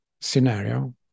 scenario